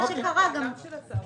זאת העמדה של השר,